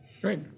great